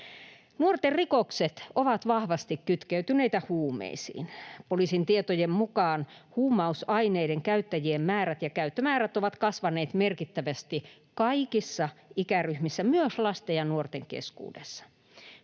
Nuorten rikokset ovat vahvasti kytkeytyneitä huumeisiin. Poliisin tietojen mukaan huumausaineiden käyttäjien määrät ja käyttömäärät ovat kasvaneet merkittävästi kaikissa ikäryhmissä, myös lasten ja nuorten keskuudessa.